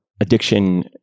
addiction